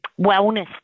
wellness